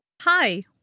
Hi